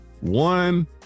one